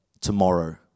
tomorrow